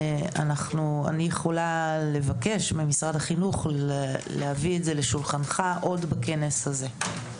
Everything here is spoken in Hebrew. אני יכולה לבקש ממשרד החינוך להביא את זה לשולחנך עוד בכנס הזה.